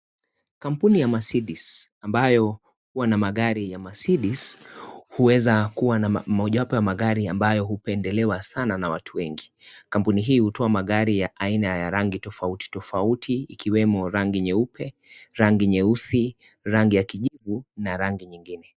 Kampuni ya Mercedes ambayo huwa na magari ya Mercedes huweza kuwa moja wapo ya magari ambayo hupendelewa sana na watu wengi. Kampuni hii hutoa magari yenye rangi tofauti tofauti ikiwemo rangi nyeupe, rangi nyeusi, rangi ya kijivu na rangi nyingine.